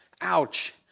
ouch